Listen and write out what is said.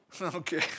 Okay